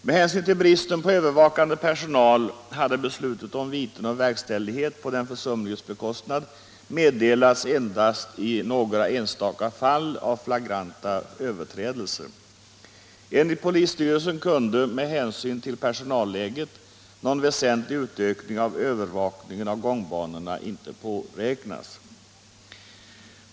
Med hänsyn till bristen på övervakande personal hade beslut om viten och verkställighet på den försumliges bekostnad meddelats endast i några enstaka fall av flagranta överträdelser. Enligt polisstyrelsen kunde med hänsyn till personalläget någon väsentlig utökning av övervakningen av gångbanorna inte påräknas.